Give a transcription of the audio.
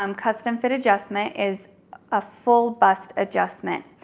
um custom fit adjustment is a full bust adjustment.